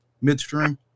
midstream